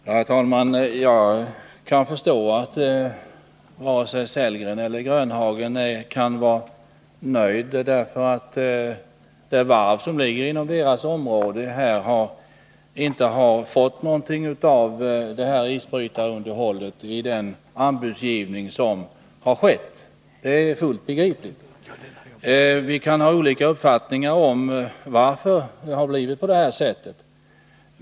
Herr talman! Jag kan förstå att varken Rolf Sellgren eller Nils-Olof Grönhagen kan vara nöjd, därför att det varv som ligger inom deras område inte har fått något av isbrytarunderhållet i den anbudsgivning som har skett. Det är fullt begripligt. Vi kan ha olika uppfattningar om varför det har blivit på detta sätt.